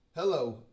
Hello